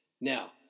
Now